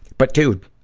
but, dude,